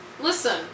Listen